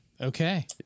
Okay